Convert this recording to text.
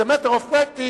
as a matter of practice,